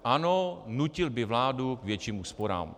Ano, nutil by vládu k větším úsporám.